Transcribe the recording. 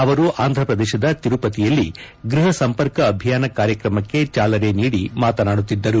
ಅವರು ಆಂಧ್ರ ಪ್ರದೇಶದ ತಿರುಪತಿಯಲ್ಲಿ ಗೃಹ ಸಂಪರ್ಕ ಅಭಿಯಾನ ಕಾರ್ಯಕ್ರಮಕ್ಕೆ ಚಾಲನೆ ನೀಡಿ ಮಾತನಾಡುತ್ತಿದ್ದರು